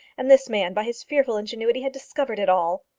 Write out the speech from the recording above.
and this man, by his fearful ingenuity, had discovered it all!